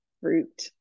fruit